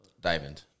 diamond